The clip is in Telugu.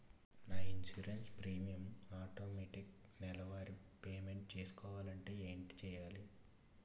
నా ఇన్సురెన్స్ ప్రీమియం ఆటోమేటిక్ నెలవారి పే మెంట్ చేసుకోవాలంటే ఏంటి చేయాలి?